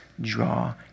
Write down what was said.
draw